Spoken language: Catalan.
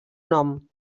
nom